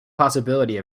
possibility